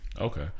Okay